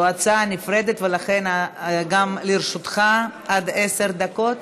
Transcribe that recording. זו הצעה נפרדת, ולכן גם לרשותך עד עשר דקות.